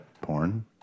porn